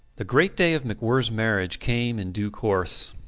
the great day of macwhirrs marriage came in due course,